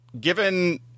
given